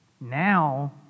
Now